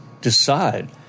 decide